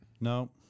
No